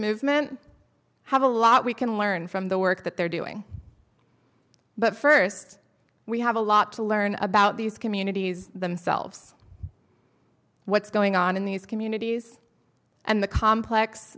movement have a lot we can learn from the work that they're doing but first we have a lot to learn about these communities themselves what's going on in these communities and the complex